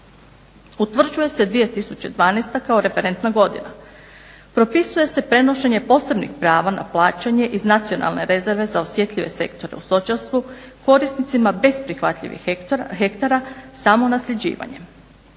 Utvrđuje se 2012. kao referentna godina. Propisuje se prenošenje posebnih prava na plaćanje iz nacionalne rezerve za osjetljive sektore u stočarstvu korisnicima bez prihvatljivih hektara samo nasljeđivanjem,